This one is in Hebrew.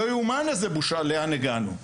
לא יאומן איזה בושה לאן הגענו.